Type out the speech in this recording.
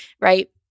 Right